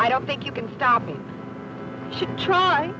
i don't think you can stop it should try